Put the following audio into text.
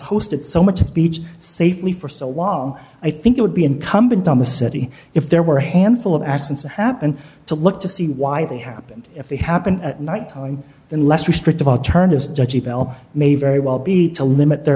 hosted so much beach safely for so long i think it would be incumbent on the city if there were a handful of absence happened to look to see why they happened if they happened at nighttime in less restrictive alternatives may very well be to limit their